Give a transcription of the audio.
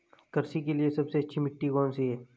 कृषि के लिए सबसे अच्छी मिट्टी कौन सी है?